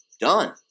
done